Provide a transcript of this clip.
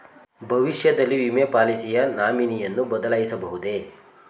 ಭವಿಷ್ಯದಲ್ಲಿ ವಿಮೆ ಪಾಲಿಸಿಯ ನಾಮಿನಿಯನ್ನು ಬದಲಾಯಿಸಬಹುದೇ?